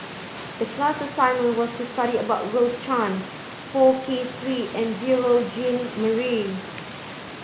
the class assignment was to study about Rose Chan Poh Kay Swee and Beurel Jean Marie